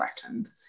threatened